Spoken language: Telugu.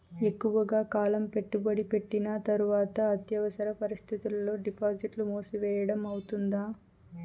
ఎక్కువగా కాలం పెట్టుబడి పెట్టిన తర్వాత అత్యవసర పరిస్థితుల్లో డిపాజిట్లు మూసివేయడం అవుతుందా?